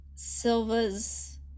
Silva's